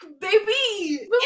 baby